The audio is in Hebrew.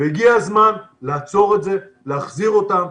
הגיע הזמן לעצור את זה, להחזיר אותם.